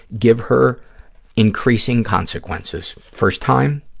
give her increasing consequences. first time,